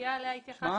הסוגיה אליה התייחסת,